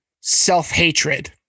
self-hatred